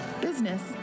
business